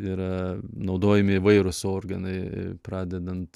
yra naudojami įvairūs organai pradedant